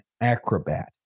acrobat